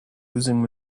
using